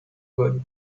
good